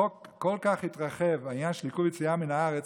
החוק כל כך התרחב בעניין של עיכוב יציאה מהארץ.